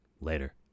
Later